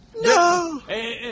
No